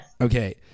Okay